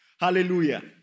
Hallelujah